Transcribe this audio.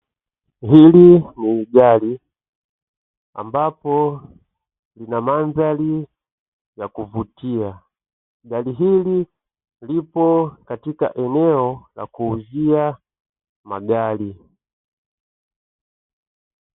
Hili ni gari ambapo lina rangi zakuvutia, gari hili lipo katika eneo lakuuzia magari.